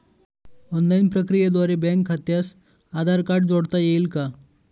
Online प्रक्रियेद्वारे bank खात्यास Aadhaar card जोडता येईल का?